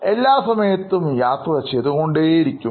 എല്ലാ സമയത്തും യാത്ര ചെയ്തു കൊണ്ടേയിരിക്കും